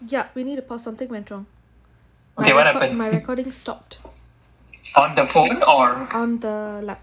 yup we need to pause something went wrong my recording stopped on the lap